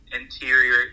interior